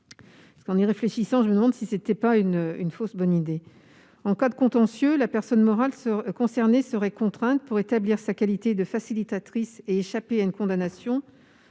En y réfléchissant, je me demande si ce n'était pas une fausse bonne idée. En cas de contentieux, la personne morale concernée serait contrainte pour établir sa qualité de facilitatrice et échapper à une condamnation